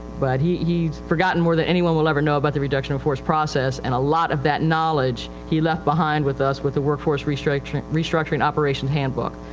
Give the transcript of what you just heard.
but he, heis forgotten more than anyone will ever know about the reduction in force process. and a lot of that knowledge he left behind with us with the workforce restructuring restructuring operations handbook.